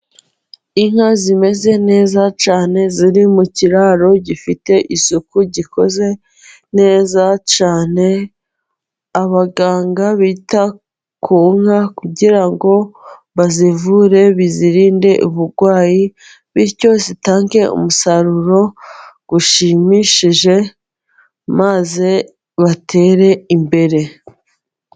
Inka zimeze neza cyane, ziri mu kiraro gifite isuku gikoze neza cyane. Abaganga bita ku nka kugira ngo bazivure bizirinde uburwayi, bityo zitange umusaruro ushimishije maze batere imbere.